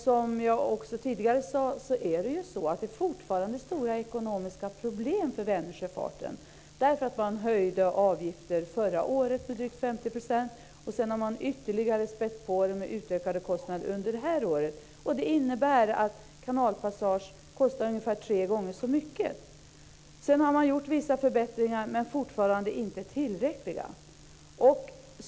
Som jag tidigare sade är det ju så att det fortfarande är stora ekonomiska problem för Vänersjöfarten därför att man höjde avgifter förra året med drygt 50 %, och sedan har man ytterligare spätt på det med utökade kostnader under det här året. Det innebär att kanalpassage kostar ungefär tre gånger så mycket. Sedan har man gjort vissa förbättringar, men fortfarande inte tillräckliga.